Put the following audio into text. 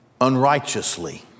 unrighteously